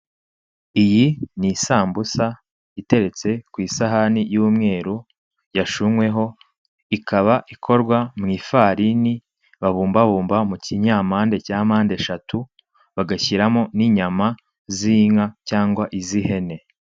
Iyi ni isambusa iteretse ku isahani y'umweru yashonyweho, ikaba ikorwa mu ifarini babumbabumba mu kinyampande cya mpande eshatu, bagashyiramo n'inyama z'inka cyangwa iz'ihene.